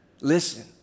listen